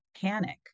panic